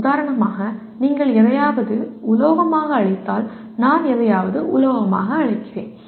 உதாரணமாக நீங்கள் எதையாவது உலோகமாக அழைத்தால் நான் எதையாவது உலோகமாக அழைக்கிறேன்